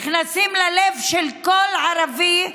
נכנסים ללב של כל ערבי,